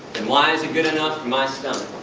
why is it good enough for my stomach?